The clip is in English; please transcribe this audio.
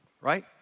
right